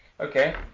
Okay